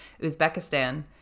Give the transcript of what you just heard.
Uzbekistan